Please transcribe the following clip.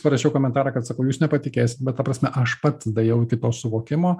parašiau komentarą kad sakau jūs nepatikėsit bet ta prasme aš pats daėjau iki to suvokimo